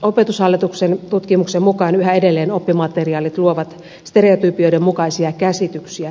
opetushallituksen tutkimuksen mukaan yhä edelleen oppimateriaalit luovat stereotypioiden mukaisia käsityksiä